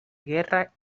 guerra